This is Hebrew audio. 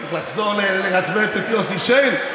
אני צריך לחזור לרטווט את יוסי שיין?